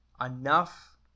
enough